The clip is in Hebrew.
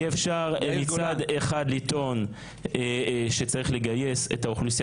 אי אפשר מצד אחד לטעון שצריך לגייס את האוכלוסייה